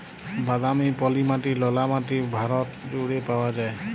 বাদামি, পলি মাটি, ললা মাটি ভারত জুইড়ে পাউয়া যায়